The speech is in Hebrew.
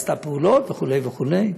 היא עשתה פעולות וכו' וכו'.